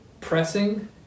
pressing